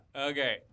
Okay